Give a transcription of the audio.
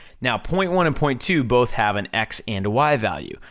now, point one and point two both have an x and a y value,